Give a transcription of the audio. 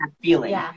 feeling